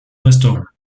restaurant